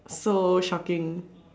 so shocking